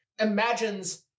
imagines